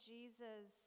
Jesus